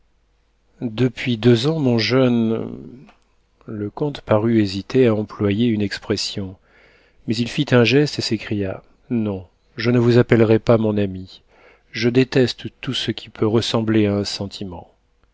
depuis deux ans mon jeune le comte parut hésiter à employer une expression mais il fit un geste et s'écria non je ne vous appellerai pas mon ami je déteste tout ce qui peut ressembler à un sentiment